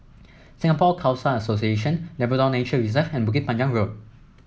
Singapore Khalsa Association Labrador Nature Reserve and Bukit Panjang Road